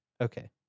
Okay